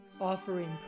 offering